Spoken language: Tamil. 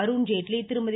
அருண்ஜேட்லி திருமதி